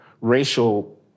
racial